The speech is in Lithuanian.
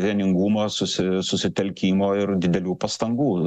vieningumo susi susitelkimo ir didelių pastangų